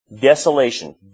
Desolation